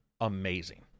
amazing